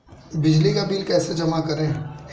बिजली का बिल कैसे जमा करें?